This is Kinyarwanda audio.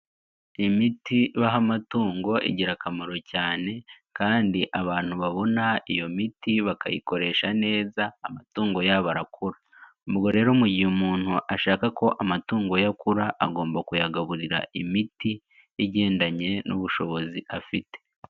Imiti baha amatungo igira akamaro cyane kandi abantu babona iyo miti bakayikoresha neza amatungo yabo arakura. Ubwo rero mu gihe umuntu ashaka ko amatungo ye akura, agomba kuyagaburira imiti igendanye n'ubushobozi afite.